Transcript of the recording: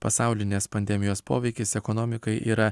pasaulinės pandemijos poveikis ekonomikai yra